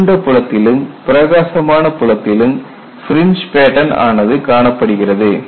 இருண்ட புலத்திலும் பிரகாசமான புலத்திலும் ஃபிரிஞ்ச் பேட்டன் ஆனது காணப்படுகிறது